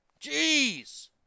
Jeez